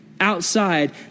outside